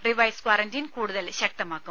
revise quarantine കൂടുതൽ ശക്തമാക്കും